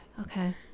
Okay